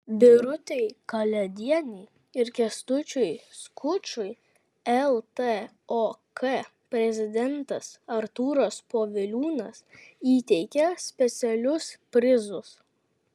birutei kalėdienei ir kęstučiui skučui ltok prezidentas artūras poviliūnas įteikė specialius prizus